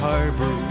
Harbor